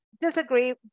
disagree